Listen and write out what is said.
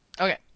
Okay